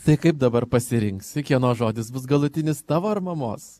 tai kaip dabar pasirinksi kieno žodis bus galutinis tavo ar mamos